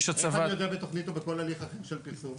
יש הצבת --- איך אני יודע בתכנית או בכל הליך אחר של פרסום?